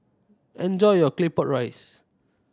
enjoy your Claypot Rice